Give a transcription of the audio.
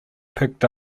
picked